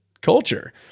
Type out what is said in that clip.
culture